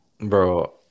bro